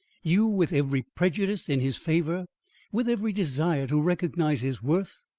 you with every prejudice in his favour with every desire to recognise his worth!